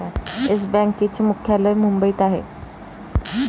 yes बँकेचे मुख्यालय मुंबईत आहे